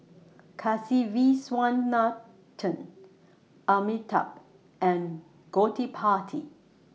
Kasiviswanathan Amitabh and Gottipati